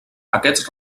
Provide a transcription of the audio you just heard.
aquests